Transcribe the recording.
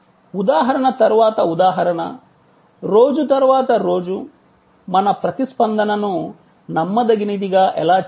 ఉదాహరణ తర్వాత ఉదాహరణ రోజు తర్వాత రోజు మన ప్రతిస్పందనను నమ్మదగినదిగా ఎలా చేయవచ్చు